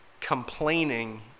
complaining